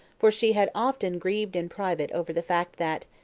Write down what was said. for she had often grieved in private over the fact that,